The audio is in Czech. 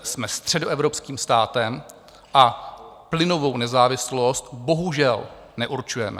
Jsme středoevropským státem a plynovou nezávislost bohužel neurčujeme.